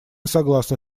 согласны